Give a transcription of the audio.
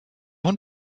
hund